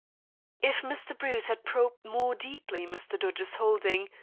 if mr. bruce had probed more deeply mr. dodge's holding,